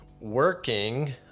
working